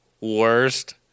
worst